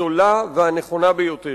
הזולה והנכונה ביותר.